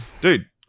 dude-